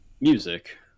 music